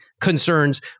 concerns